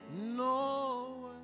No